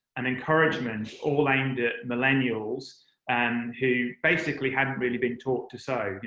and encouragement all aimed at millennials and who basically hadn't really been taught to sew.